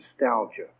nostalgia